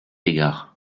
égard